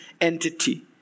entity